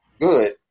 good